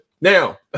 now